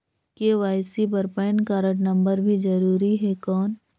KYC बर PAN card number भी जरूरी हे कौन?